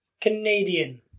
Canadian